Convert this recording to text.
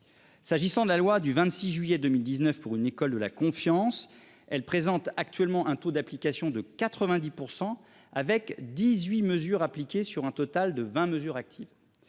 S'agissant de la loi du 26 juillet 2019 pour une école de la confiance, elle présente actuellement un taux d'application de 90% avec 18 mesures appliquées sur un total de 20 mesures actives.